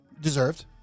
Deserved